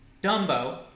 Dumbo